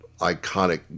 iconic